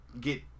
get